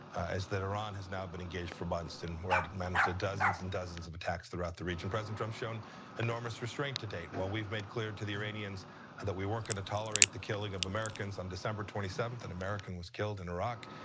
is that iran has now been engaged for boston where had managed dozens and dozens of attacks through out the region. president trump has shown enormous restraint today, well we've made clear to the iranians that we weren't gonna tolerate the killing of americans on december twenty seventh, an american was killed in iraq.